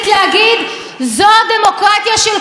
על מה את מדברת?